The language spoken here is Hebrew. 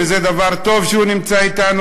וזה טוב שהוא נמצא אתנו,